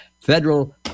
federal